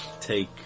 take